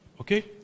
Okay